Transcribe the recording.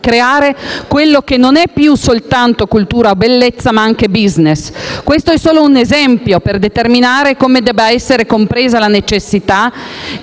creare quello che non è più soltanto cultura o bellezza, ma anche *business*. Questo è solo un esempio per determinare come debba essere compresa la necessità